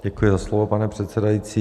Děkuji za slovo, pane předsedající.